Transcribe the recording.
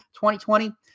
2020